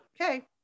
okay